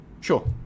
Sure